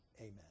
amen